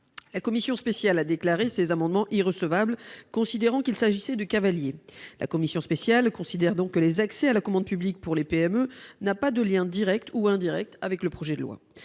La commission spéciale a déclaré ces amendements irrecevables, considérant qu'il s'agissait de cavaliers. Elle estime donc que l'accès à la commande publique pour les PME n'a pas de lien direct ou indirect avec le projet de loi.